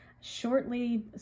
shortly